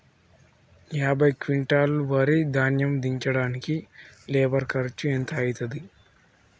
యాభై క్వింటాల్ వరి ధాన్యము దించడానికి లేబర్ ఖర్చు ఎంత అయితది?